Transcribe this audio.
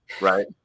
right